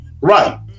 Right